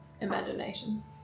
Imagination